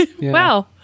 wow